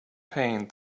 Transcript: pain